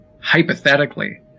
hypothetically